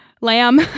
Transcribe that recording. lamb